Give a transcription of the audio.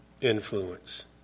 influence